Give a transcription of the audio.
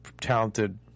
talented